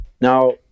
Now